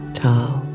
tall